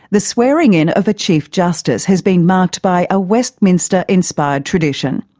the swearing-in of a chief justice has been marked by a westminster inspired tradition,